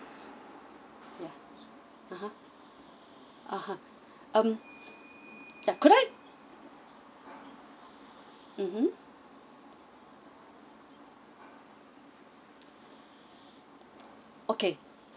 ya (uh huh) um ya could I mmhmm okay